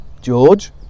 George